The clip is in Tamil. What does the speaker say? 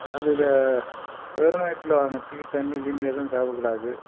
காலையில் வெறும் வயித்தில் வாங்க டீ தண்ணிர் கிண்ணி எதுவும் சாப்பிட கூடாது